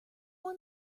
one